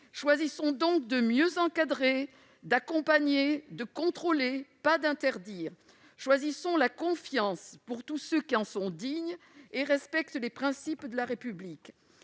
Choisissons donc de mieux encadrer, d'accompagner, de contrôler, mais pas d'interdire ! Choisissons la confiance pour tous ceux qui en sont dignes et respectent les principes de la République